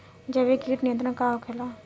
जैविक कीट नियंत्रण का होखेला?